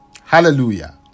Hallelujah